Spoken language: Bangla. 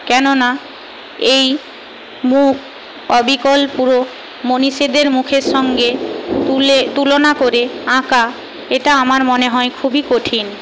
কেননা এই মুখ অবিকল পুরো মনীষীদের মুখের সঙ্গে তুলে তুলনা করে আঁকা এটা আমার মনে হয় খুবই কঠিন